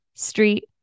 Street